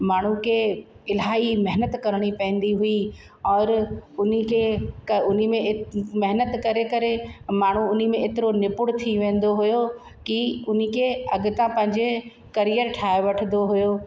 माण्हू के इलाही महिनत करणी पवंदी हुई और उनखे उनमें महिनत करे करे माण्हू उनमें एतिरो निपुण थी वेंदो हुयो की उनखे अॻितां पंहिंजे करियर ठाही वठंदो हुयो